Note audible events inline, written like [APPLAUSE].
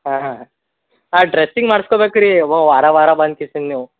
ಹಾಂ ಹಾಂ ಹಾಂ ಹಾಂ ಡ್ರೆಸ್ಸಿಂಗ್ ಮಾಡ್ಸ್ಕೊಬೇಕು ರೀ ವಾರ ವಾರ ಬಂದು [UNINTELLIGIBLE] ನೀವು